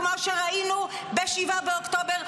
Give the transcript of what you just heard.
כמו שראינו ב-7 באוקטובר,